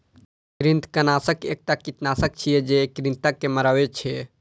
कृंतकनाशक एकटा कीटनाशक छियै, जे कृंतक के मारै छै